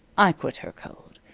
i quit her cold.